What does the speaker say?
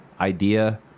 idea